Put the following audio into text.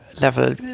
level